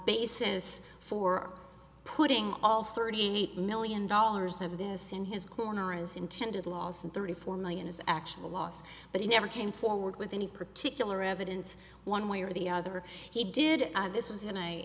basis for putting all thirty eight million dollars of this in his corner as intended laws and thirty four million is actual loss but he never came forward with any particular evidence one way or the other he did this was in a